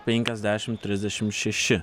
penkiasdešimt trisdešimt šeši